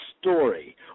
story